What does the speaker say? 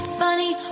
funny